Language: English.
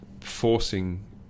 forcing